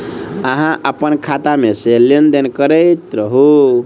अहाँ अप्पन खाता मे सँ लेन देन करैत रहू?